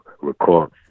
record